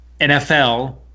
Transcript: nfl